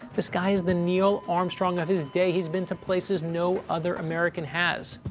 this guy is the neil armstrong of his day. he's been to places no other american has.